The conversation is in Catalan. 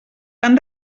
han